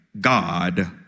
God